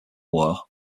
war